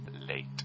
late